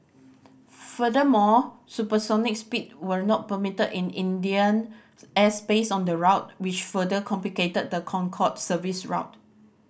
furthermore supersonic speeds were not permitted in Indian airspace on the route which further complicated the Concorde service's route